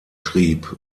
schrieb